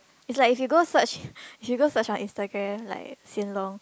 it's like if you go search if you search on Instagram like Hsien-Loong